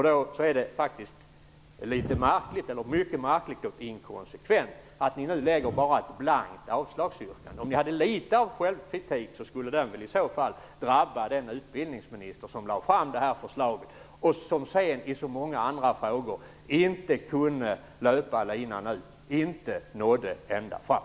Då är det mycket märkligt och inkonsekvent att ni nu framlägger bara ett blankt avslagsyrkande. Om ni hade litet av självkritik borde den i så fall drabba den utbildningsminister som lade fram detta förslag, men som sedan - som i så många andra frågor - inte kunde löpa linan, inte nådde ända fram.